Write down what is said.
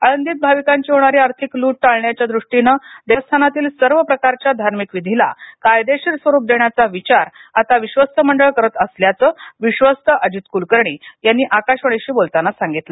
आळंदीत भाविकांची होणारी आर्थिक लूट टाळण्याच्या दृष्टीनं देवस्थानातील सर्व प्रकारच्या धार्मिक विधीला कायदेशीर स्वरुप देण्याचा विचार आता विश्वस्त मंडळ करत असल्याचं विश्वस्त अजित कुलकर्णी यांनी आकाशवाणीशी बोलताना सांगितलं